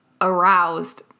aroused